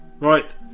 Right